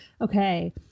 okay